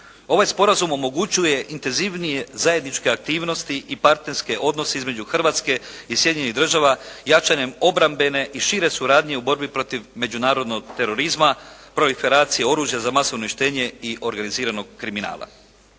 Ovaj sporazum omogućuje intenzivnije zajedničke aktivnosti i partnerske odnose između Hrvatske i Sjedinjenih Država, jačanjem obrambene i šire suradnje u borbi protiv međunarodnog terorizma, … /Govornik se ne razumije./ … oružja za masovno uništenje i organiziranog kriminala.